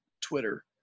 Twitter